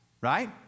Right